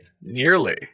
Nearly